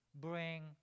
bring